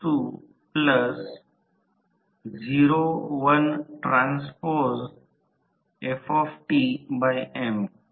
तर copper loss आम्हाला या भारानुसार शोधणे आवश्यक आहे